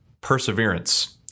perseverance